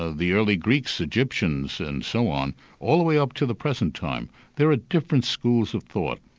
ah the early greeks, egyptians and so on all the way up to the present time, there are different schools of thought.